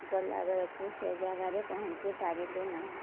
ଗଲାବେଳକୁ ସେ ଜାଗାରେ ପହଞ୍ଚି ପାରିଲୁ ନାହିଁ